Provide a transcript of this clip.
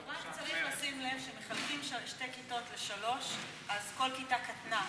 רק צריך לשים לב שאם מחלקים שתי כיתות לשלוש אז כל כיתה קטנה,